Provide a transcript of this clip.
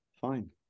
Fine